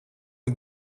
het